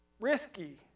Risky